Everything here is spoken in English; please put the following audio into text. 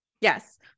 Yes